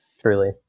Truly